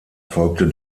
folgte